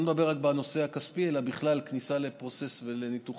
אני לא מדבר רק בנושא הכספי אלא בכלל כניסה ל-process ולניתוחים,